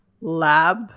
lab